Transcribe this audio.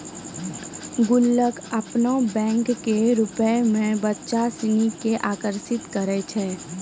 गुल्लक अपनो बैंको के रुपो मे बच्चा सिनी के आकर्षित करै छै